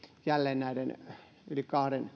jälleen näistä yli